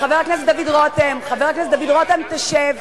חבר הכנסת דוד רותם, חבר הכנסת דוד רותם, תשב.